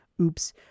oops